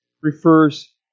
refers